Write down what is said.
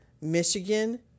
Michigan